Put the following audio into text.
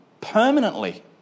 permanently